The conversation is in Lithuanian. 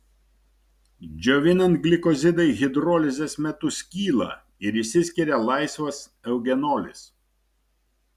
džiovinant glikozidai hidrolizės metu skyla ir išsiskiria laisvas eugenolis